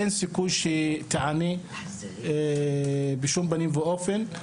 אין סיכוי שתיענה בשום פנים ואופן,